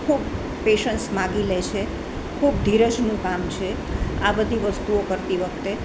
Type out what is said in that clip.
ખૂબ પેશન્સ માંગી લે છે ખૂબ ધીરજનું કામ છે આ બધી વસ્તુઓ કરતી વખતે